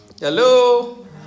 Hello